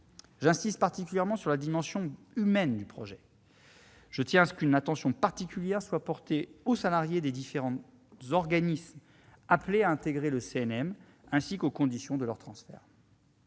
J'insiste particulièrement sur la dimension humaine du projet. Je tiens à ce qu'une attention particulière soit portée aux salariés des différents organismes appelés à intégrer le CNM, ainsi qu'aux conditions de leur transfert.